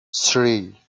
three